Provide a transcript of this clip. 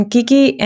Kiki